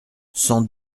cent